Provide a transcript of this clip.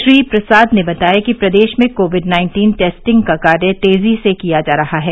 श्री प्रसाद ने बताया कि प्रदेश में कोविड नाइटीन टेस्टिंग का कार्य तेजी से किया जा रहा है